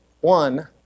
One